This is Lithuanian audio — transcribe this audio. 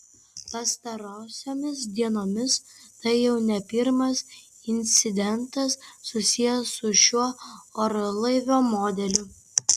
pastarosiomis dienomis tai jau ne pirmas incidentas susijęs su šiuo orlaivio modeliu